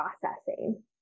processing